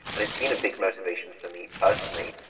and it's been a big motivation for me personally.